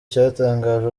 cyatangaje